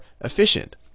efficient